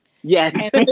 Yes